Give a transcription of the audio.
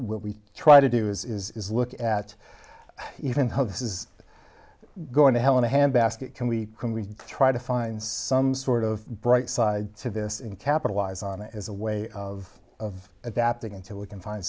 we try to do is look at even how this is going to hell in a handbasket can we can we try to find some sort of bright side to this and capitalize on it as a way of adapting until we can find